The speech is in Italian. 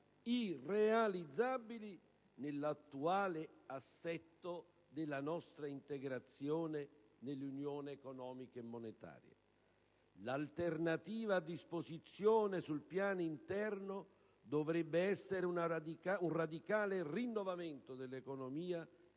irrealizzabili nell'attuale assetto della nostra integrazione nell'Unione economica e monetaria. L'alternativa a disposizione sul piano interno dovrebbe essere un radicale rinnovamento dell'economia